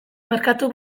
merkatu